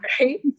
Right